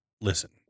listen